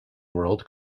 world